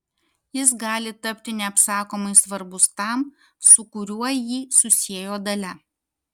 jis gali tapti neapsakomai svarbus tam su kuriuo jį susiejo dalia